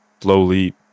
slowly